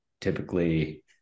typically